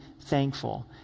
thankful